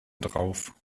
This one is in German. drauf